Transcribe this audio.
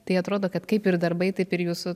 tai atrodo kad kaip ir darbai taip ir jūsų